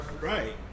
Right